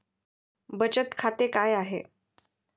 बचत खाते काय आहे?